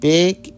Big